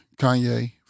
Kanye